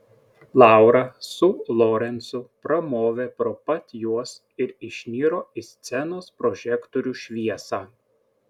laura su lorencu pramovė pro pat juos ir išniro į scenos prožektorių šviesą